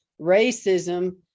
racism